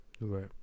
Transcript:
right